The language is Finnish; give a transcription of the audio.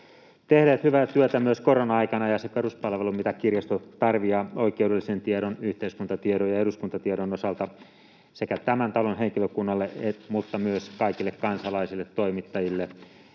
tehneet hyvää työtä myös korona-aikana. Kirjasto tarjoaa peruspalvelua oikeudellisen tiedon, yhteiskuntatiedon ja eduskuntatiedon osalta sekä tämän talon henkilökunnalle että myös kaikille kansalaisille, toimittajille,